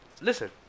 Listen